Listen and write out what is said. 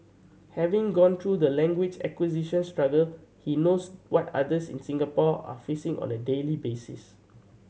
having gone through the language acquisition struggle he knows what others in Singapore are facing on a daily basis